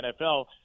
nfl